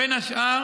בין השאר